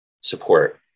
support